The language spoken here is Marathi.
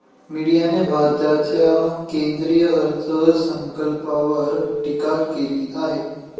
मीडियाने भारताच्या केंद्रीय अर्थसंकल्पावर टीका केली आहे